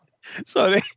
sorry